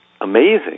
amazing